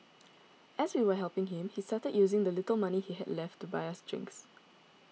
as we were helping him he started using the little money he had left to buy us drinks